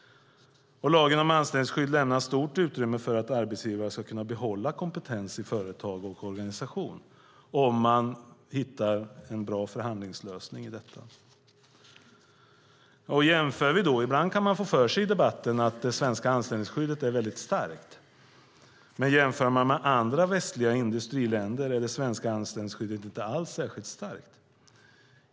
Lagen om anställningsskydd lämnar stort utrymme för att arbetsgivare ska kunna behålla kompetens i företag och organisation om de hittar en bra förhandlingslösning. Ibland kan vi få för oss i debatten att det svenska anställningsskyddet är starkt. Men om vi jämför med andra västliga industriländer är det svenska anställningsskyddet inte alls särskilt starkt.